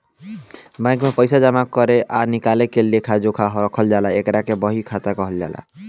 bank में पइसा जामा करे आ निकाले के लेखा जोखा रखल जाला एकरा के बही खाता कहाला